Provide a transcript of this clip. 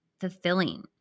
fulfilling